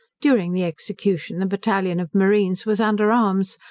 during the execution the battalion of marines was under arms,